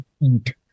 eat